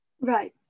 Right